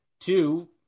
two